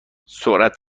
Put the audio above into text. سرعت